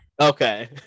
Okay